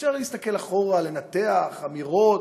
אי-אפשר להסתכל אחורה, לנתח, אמירות.